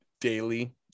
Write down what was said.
daily